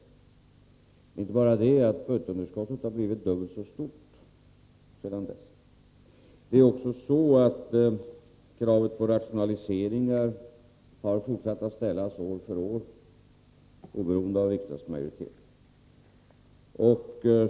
Det är inte bara så att budgetunderskottet har blivit dubbelt så stort sedan dess, utan det är också så att krav på rationaliseringar har fortsatt att ställas år efter år oberoende av riksdagsmajoritet.